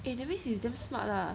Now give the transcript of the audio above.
eh that means he damn smart lah